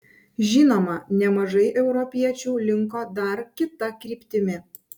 žinoma nemažai europiečių linko dar kita kryptimi